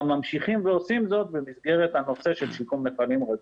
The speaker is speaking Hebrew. ממשיכים ועושים זאת במסגרת הנושא של שיקום נחלים רגיל.